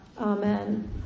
Amen